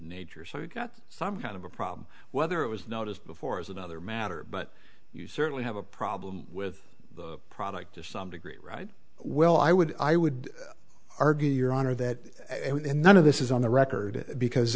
nature so you got some kind of a problem whether it was noticed before is another matter but you certainly have a problem with the product to some degree right well i would i would argue your honor that none of this is on the record because